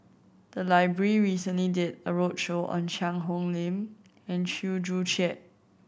the library recently did a roadshow on Cheang Hong Lim and Chew Joo Chiat